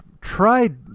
tried